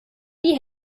die